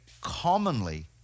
commonly